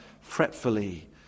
fretfully